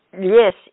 Yes